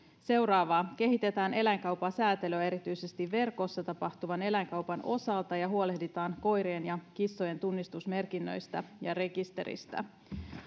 seuraavaa kehitetään eläinkaupan säätelyä erityisesti verkossa tapahtuvan eläinkaupan osalta ja huolehditaan koirien ja kissojen tunnistusmerkinnöistä ja rekisteristä